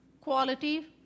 quality